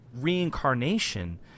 reincarnation